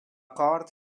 cort